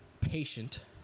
patient